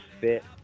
fit